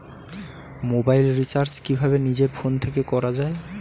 Mobile recharge কিভাবে নিজের phone থেকে করা য়ায়?